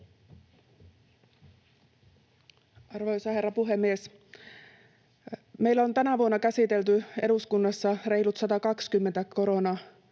Arvoisa herra puhemies! Meillä on tänä vuonna käsitelty eduskunnassa reilut 120 koronalakia.